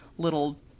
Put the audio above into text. little